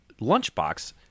lunchbox